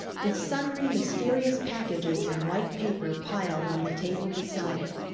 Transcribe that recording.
with sundry mysterious packages in white paper piled on the table beside it.